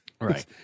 Right